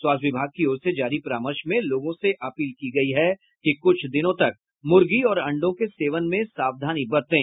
स्वास्थ्य विभाग की ओर से जारी परामर्श में लोगों से अपील की गयी है कि क्छ दिनों तक मूर्गी और अंडों के सेवन में सावधानी बरतें